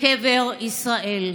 לקבר ישראל.